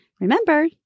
Remember